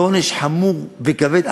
לא עונש חמור וכבד?